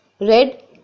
red